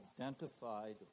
identified